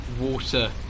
water